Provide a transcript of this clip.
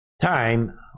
time